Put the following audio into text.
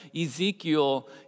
Ezekiel